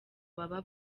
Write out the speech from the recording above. baba